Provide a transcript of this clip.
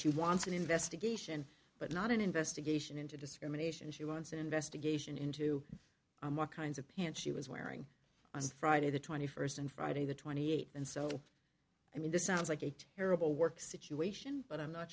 she wants an investigation but not an investigation into discrimination she wants an investigation into a more kinds of pants she was wearing on friday the twenty first and friday the twenty eight and so i mean this sounds like a terrible work situation but i'm not